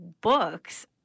books